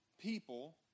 people